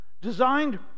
designed